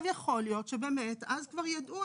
יכול להיות שבאמת אז כבר ידעו.